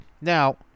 Now